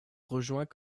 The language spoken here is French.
rejoint